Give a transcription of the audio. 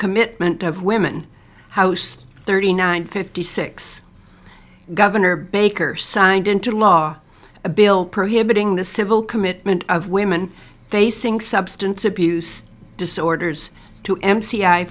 commitment of women house thirty nine fifty six governor baker signed into law a bill prohibiting the civil commitment of women facing substance abuse disorders to m